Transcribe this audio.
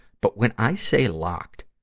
but when i say locked,